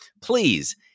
please